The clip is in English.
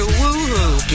woohoo